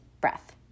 Breath